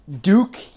Duke